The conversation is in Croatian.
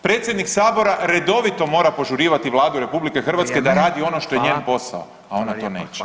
Predsjednik sabora redovito mora požurivati Vladu RH da radi ono što [[Upadica: Vrijeme, hvala.]] je njen posao, a ona to neće.